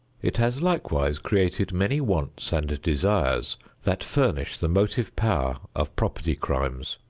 it has likewise created many wants and desires that furnish the motive power of property crimes.